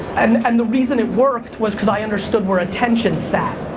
and and the reason it worked was cause i understood where attention sat,